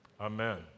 Amen